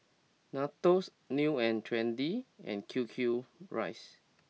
Nandos New and Trendy and Q Q Rice